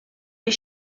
les